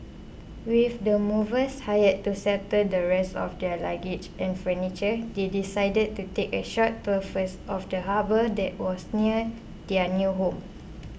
with the movers hired to settle the rest of their luggage and furniture they decided to take a short tour first of the harbour that was near their new home